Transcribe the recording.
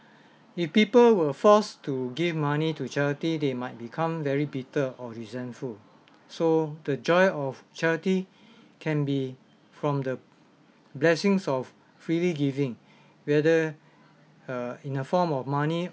if people were forced to give money to charity they might become very bitter or resentful so the joy of charity can be from the blessings of freely giving whether uh in a form of money